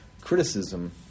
criticism